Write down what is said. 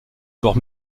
bord